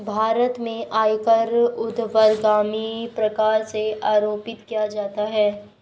भारत में आयकर ऊर्ध्वगामी प्रकार से आरोपित किया जाता है